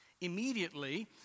immediately